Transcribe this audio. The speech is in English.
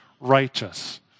righteous